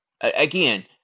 Again